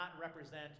represent